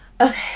okay